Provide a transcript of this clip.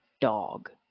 Dog